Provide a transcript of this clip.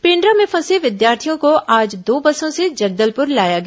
पेण्ड्रा में फंसे विद्यार्थियों को आज दो बसों से जगदलपुर लाया गया